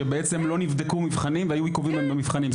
שבעצם לא נבדקו מבחנים והיו עיכובים במבחנים.